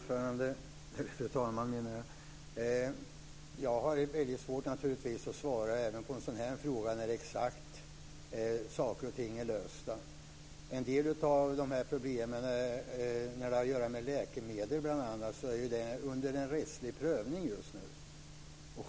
Fru talman! Jag har naturligtvis väldigt svårt att svara på när exakt saker och ting blir lösta. En del av problemen som har att göra med läkemedel bl.a. är under rättslig prövning just nu.